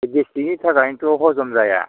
गेसट्रिकनि थाखायनथ' हजम जाया